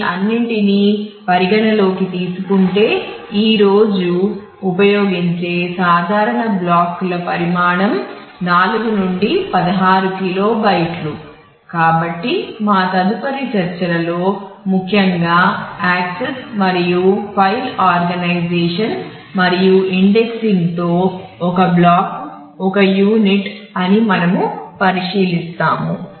ఈ అన్నిటిని పరిగణనలోకి తీసుకుంటే ఈ రోజు ఉపయోగించే సాధారణ బ్లాకుల ఒక యూనిట్ అని మనము పరిశీలిస్తాము